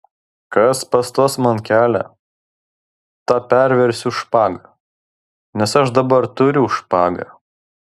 kas pastos man kelią tą perversiu špaga nes aš dabar turiu špagą